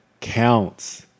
counts